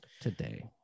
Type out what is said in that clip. today